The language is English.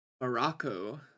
Morocco